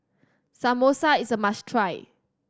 samosa is a must try